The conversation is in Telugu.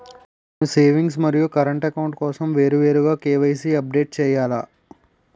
నేను సేవింగ్స్ మరియు కరెంట్ అకౌంట్ కోసం వేరువేరుగా కే.వై.సీ అప్డేట్ చేయాలా?